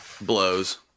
Blows